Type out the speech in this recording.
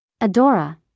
Adora